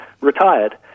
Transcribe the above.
retired